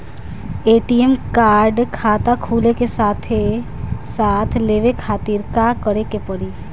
ATM card खाता खुले के साथे साथ लेवे खातिर का करे के पड़ी?